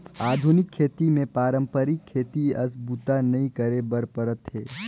आधुनिक खेती मे पारंपरिक खेती अस बूता नइ करे बर परत हे